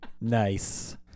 Nice